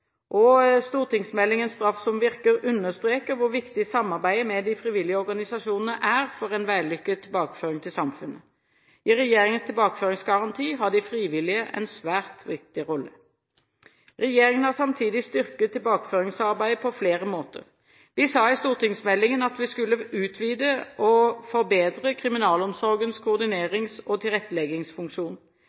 Straff som virker understreker hvor viktig samarbeidet med de frivillige organisasjonene er for en vellykket tilbakeføring til samfunnet. I regjeringens tilbakeføringsgaranti har de frivillige en svært viktig rolle. Regjeringen har samtidig styrket tilbakeføringsarbeidet på flere måter. Vi sa i stortingsmeldingen at vi skulle utvide og forbedre kriminalomsorgens koordinerings- og tilretteleggingsfunksjon.